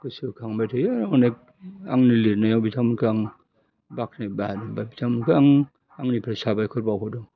गोसोखांबाय थायो अनेक आंनि लिरनायाव बिथांमोनखो आं बाखोनायबा बिथांमोनखो आं आंनिफ्राय साबायखर बावहरो